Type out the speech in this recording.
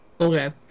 Okay